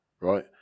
right